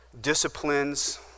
disciplines